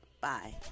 Bye